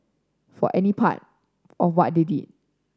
for any part of what they did